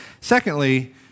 secondly